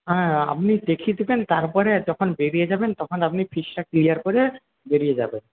হ্যাঁ আপনি দেখিয়ে দেবেন তারপরে যখন বেরিয়ে যাবেন তখন আপনি ফিসটা ক্লিয়ার করে বেরিয়ে যাবেন